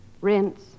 rinse